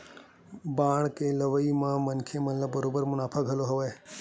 bond के लेवई म मनखे मन ल बरोबर मुनाफा घलो हवय